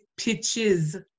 pitches